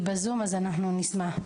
היא בזום, אז אנחנו נשמח.